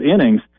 innings